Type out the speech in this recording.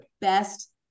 best